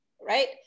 right